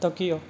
Tokyo